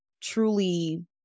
truly